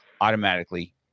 automatically